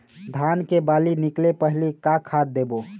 धान के बाली निकले पहली का खाद देबो?